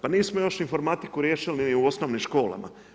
Pa nismo još informatiku riješili ni u osnovnim školama.